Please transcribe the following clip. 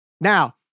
Now